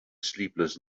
sleepless